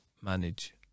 manage